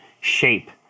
shape